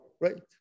Right